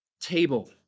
Table